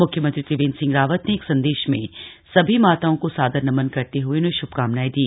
मुख्यमंत्री त्रिवेन्द्र सिंह रावत ने एक संदेश में सभी माताओं को सादर नमन करते हुए उन्हें शुभकामनाएं दी